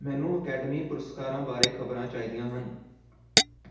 ਮੈਨੂੰ ਅਕੈਡਮੀ ਪੁਰਸਕਾਰਾਂ ਬਾਰੇ ਖ਼ਬਰਾਂ ਚਾਹੀਦੀਆਂ ਹਨ